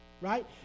right